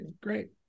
Great